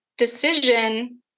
decision